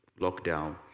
lockdown